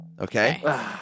Okay